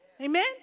Amen